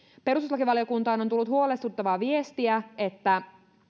perustuslakivaliokuntaan on tullut huolestuttavaa viestiä että